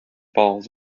falls